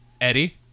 Eddie